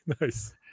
Nice